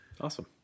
Awesome